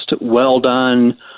well-done